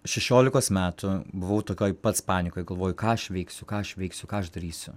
šešiolikos metų buvau tokioj pats panikoj galvojau ką aš veiksiu ką aš veiksiu ką aš darysiu